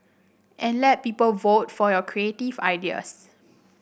and let people vote for your creative ideas